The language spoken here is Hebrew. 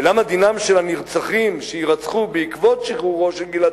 ולמה דינם של הנרצחים שיירצחו בעקבות שחרורו של גלעד